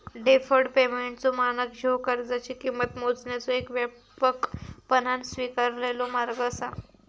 deferred पेमेंटचो मानक ह्यो कर्जाची किंमत मोजण्याचो येक व्यापकपणान स्वीकारलेलो मार्ग असा